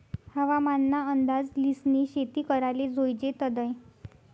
हवामान ना अंदाज ल्हिसनी शेती कराले जोयजे तदय